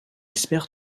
espère